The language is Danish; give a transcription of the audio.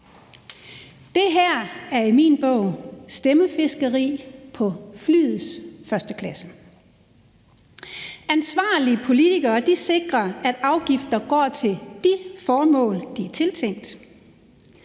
Det her er i min bog stemmefiskeri på flyets første klasse. Ansvarlige politikere sikrer, at afgifter går til de formål, de er tiltænkt,